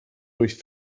durch